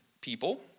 people